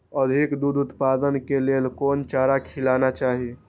अधिक दूध उत्पादन के लेल कोन चारा खिलाना चाही?